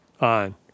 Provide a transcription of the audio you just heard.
on